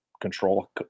control